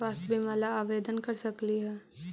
स्वास्थ्य बीमा ला आवेदन कर सकली हे?